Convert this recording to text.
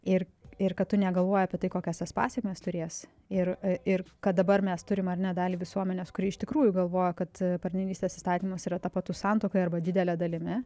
ir ir kad tu negalvoji apie tai kokias jis pasekmes turės ir ir kad dabar mes turime ar ne dalį visuomenės kuri iš tikrųjų galvoja kad partnerystės įstatymas yra tapatus santuokai arba didele dalimi